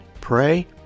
Pray